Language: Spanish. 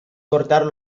cortar